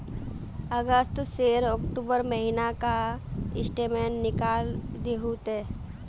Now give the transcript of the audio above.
अगस्त से अक्टूबर महीना का स्टेटमेंट निकाल दहु ते?